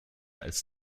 als